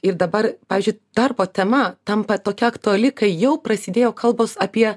ir dabar pavyzdžiui darbo tema tampa tokia aktuali kai jau prasidėjo kalbos apie